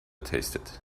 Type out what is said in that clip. tasted